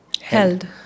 held